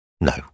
no